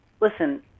listen –